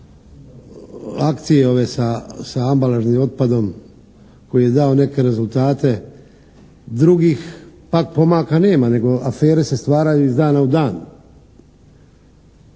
akcije ove sa ambalažnim otpadom koji je dao neke rezultate. Drugih pak pomaka nema nego afere se stvaraju iz dana u dan.